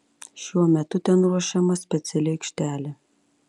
šiuo metu ten ruošiama speciali aikštelė